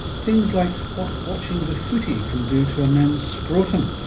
things like what watching the footy can do to a man's scrotum,